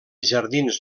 jardins